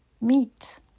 meat